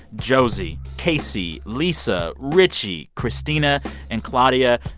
josie, casey, lisa, richie, christina and claudia.